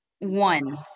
One